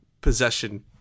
possession